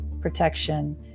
protection